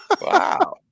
Wow